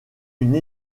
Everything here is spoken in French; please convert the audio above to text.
une